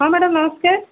ହଁ ମ୍ୟାଡମ୍ ନମସ୍କାର